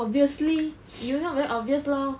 obviously you not very obvious lor